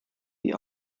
wie